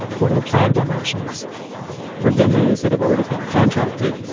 what are the planned demolitions for demos that have already been contracted,